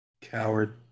Coward